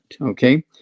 okay